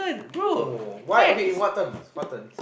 no why okay in what terms what terms